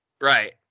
right